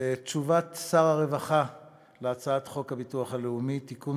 תשובת שר הרווחה על הצעת חוק הביטוח הלאומי (תיקון,